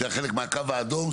שהיה חלק מהקו האדום,